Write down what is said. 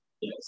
Yes